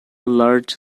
large